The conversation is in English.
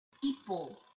People